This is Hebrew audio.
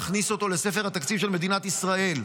להכניס אותו לספר התקציב של מדינת ישראל.